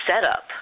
setup